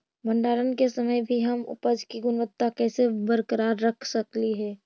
भंडारण के समय भी हम उपज की गुणवत्ता कैसे बरकरार रख सकली हे?